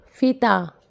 Fita